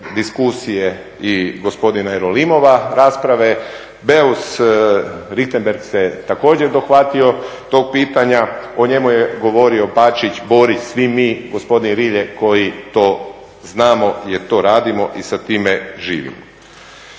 diskusije i gospodina Jerolimova rasprave, BEus Richembergh se također dohvatio tog pitanja, o njemu je govorio Bačić, Borić, svi mi gospodin Rilje koji to znamo jer to radimo i sa time živimo.